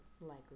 likely